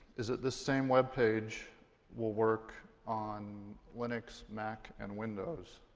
is that this same web page will work on linux, mac, and windows